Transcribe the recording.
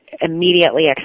immediately